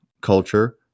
culture